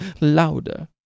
Louder